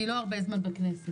אני לא הרבה זמן בכנסת.